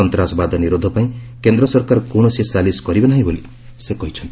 ସନ୍ତାସବାଦ ନିରୋଧ ପାଇଁ କେନ୍ଦ୍ର ସରକାର କୌଣସି ସାଲିସ କରିବେ ନାହିଁ ବୋଲି ସେ କହିଛନ୍ତି